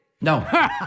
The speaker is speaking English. No